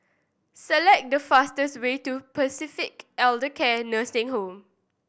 select the fastest way to Pacific Elder Care Nursing Home